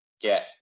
Get